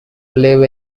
live